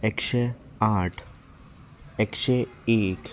एकशे आठ एकशे एक